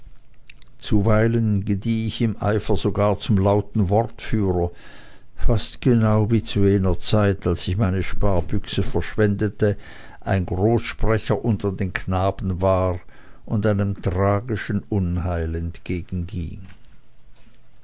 zuweilen gedieh ich im eifer sogar zum lauten wortführer fast genau wie zu jener zeit als ich meine sparbüchse verschwendete ein großsprecher unter den knaben war und einem tragischen unheil